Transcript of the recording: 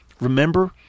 Remember